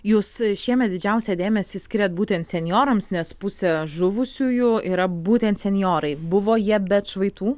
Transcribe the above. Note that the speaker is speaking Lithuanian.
jūs šiemet didžiausią dėmesį skiriat būtent senjorams nes pusė žuvusiųjų yra būtent senjorai buvo jie be atšvaitų